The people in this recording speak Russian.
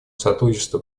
сотрудничества